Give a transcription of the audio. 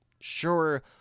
sure